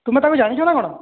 ତୁମେ ତାକୁ ଜାଣିଛ ନା କ'ଣ